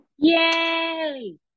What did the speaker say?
Yay